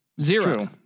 Zero